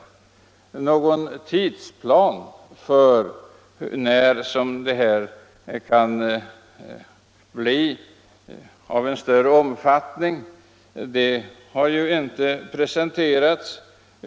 Någon tidsplan som anger när verksamheten kan bli av större omfattning har ju inte presenterats.